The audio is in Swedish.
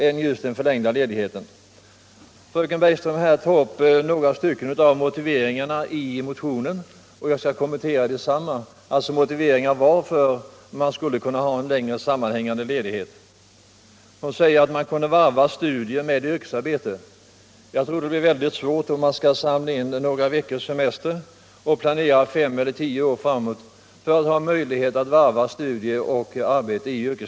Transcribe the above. Fröken Bergström berörde några av motionens motiveringar för en längre sammanhängande ledighet. Jag skall kommentera dem. En motivering är att man skulle göra det möjligt att varva studier med yrkesarbete. Jag tror att det blir mycket svårt att varva studier och yrkesarbete genom att samla ihop några veckors semester varje år under fem eller tio år. Det är utomordentligt svårt att planera så långt fram i tiden.